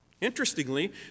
Interestingly